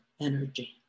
energy